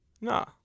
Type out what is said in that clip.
No